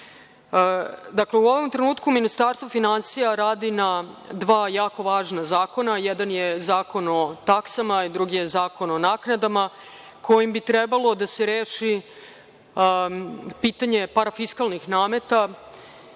u ovom trenutku Ministarstvo finansija radi na dva jako važna zakona. Jedan je Zakon o taksama, drugi je Zakon o naknadama kojim bi trebalo da se reši pitanje parafiskalnih nameta